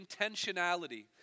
intentionality